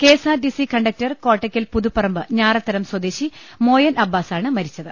K S R T C conductor Kottakkal Puthuparamba Njarathadam സ്വദേശി മോയൻ അബ്ബാസ് ആണ് മരിച്ചത്